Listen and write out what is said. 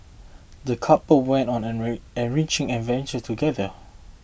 the couple went on an en enriching adventure together